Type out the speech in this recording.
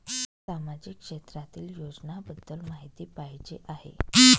सामाजिक क्षेत्रातील योजनाबद्दल माहिती पाहिजे आहे?